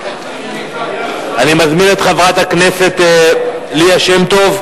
אני מזמין את חברת הכנסת ליה שמטוב,